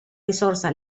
risorsa